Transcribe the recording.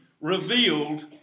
revealed